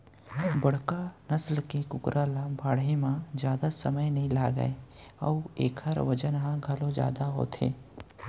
बड़का नसल के कुकरा ल बाढ़े म जादा समे नइ लागय अउ एकर बजन ह घलौ जादा होथे